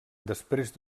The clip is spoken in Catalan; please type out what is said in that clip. després